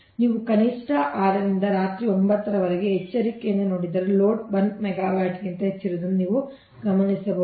ನೀವು ಕನಿಷ್ಟ 6 ರಿಂದ ರಾತ್ರಿ 9 ರವರೆಗೆ ಎಚ್ಚರಿಕೆಯಿಂದ ನೋಡಿದರೆ ಲೋಡ್ 1 ಮೆಗಾವ್ಯಾಟ್ಗಿಂತ ಹೆಚ್ಚಿರುವುದನ್ನು ನೀವು ಗಮನಿಸಬಹುದು